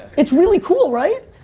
it's really cool, right?